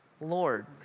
Lord